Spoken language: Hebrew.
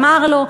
אמר לו.